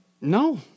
No